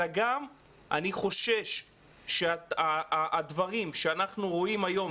אלא גם אני חושש שהדברים שאנחנו רואים היום,